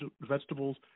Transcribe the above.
vegetables